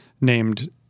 named